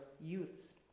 youths